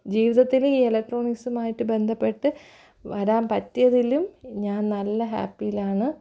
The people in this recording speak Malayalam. ജീവിതത്തില് ഈ എലക്ട്രോണിക്സുമായിട്ട് ബന്ധപ്പെട്ട് വരാന് പറ്റിയതിലും ഞാൻ നല്ല ഹാപ്പിയിലാണ്